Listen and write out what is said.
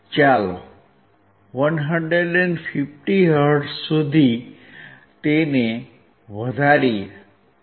ચાલો 150 Hz સુધી તેને વધારીએ